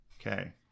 Okay